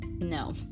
No